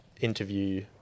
interview